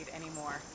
anymore